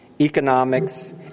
economics